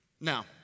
Now